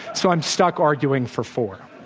so i'm stuck arguing for four.